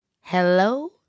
Hello